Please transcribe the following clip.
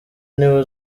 niwe